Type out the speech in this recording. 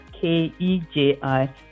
K-E-J-I